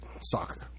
Soccer